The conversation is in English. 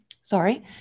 Sorry